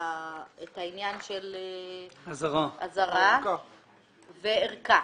העניין של אזהרה וארכה.